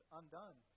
undone